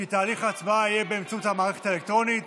כי תהליך ההצבעה יהיה באמצעות המערכת האלקטרונית.